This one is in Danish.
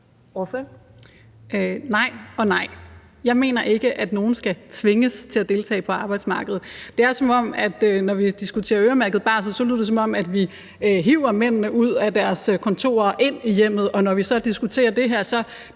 Nej og nej. Jeg mener ikke, at nogen skal tvinges til at deltage på arbejdsmarkedet. Når vi diskuterer øremærket barsel, lyder det, som om vi hiver mændene ud af deres kontorer og ind i hjemmet, og når vi så diskuterer det her, lyder